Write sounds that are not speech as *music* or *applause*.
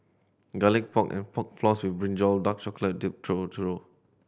Garlic Pork and Pork Floss with brinjal dark chocolate dipped churro *unintelligible*